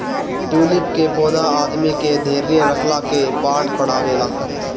tulip के पौधा आदमी के धैर्य रखला के पाठ पढ़ावेला